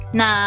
na